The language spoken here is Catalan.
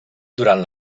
durant